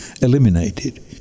eliminated